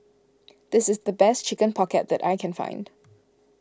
this is the best Chicken Pocket that I can find